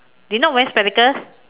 they not wearing spectacles